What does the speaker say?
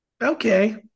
Okay